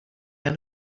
end